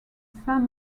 saint